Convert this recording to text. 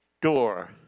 door